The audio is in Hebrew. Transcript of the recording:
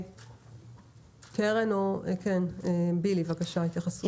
בילי, בבקשה התייחסות.